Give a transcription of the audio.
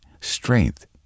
strength